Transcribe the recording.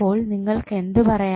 അപ്പോൾ നിങ്ങൾക്ക് എന്തു പറയാം